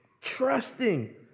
trusting